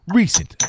recent